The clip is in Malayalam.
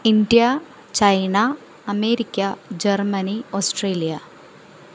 India China America Germany Australia